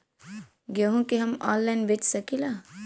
गेहूँ के हम ऑनलाइन बेंच सकी ला?